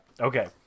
Okay